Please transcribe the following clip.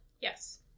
Yes